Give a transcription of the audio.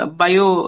bio